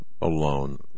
alone